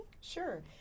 sure